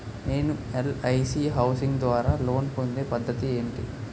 నేను LIC housing ద్వారా loan పొందే పద్ధతి ఏంటి?